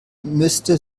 müsste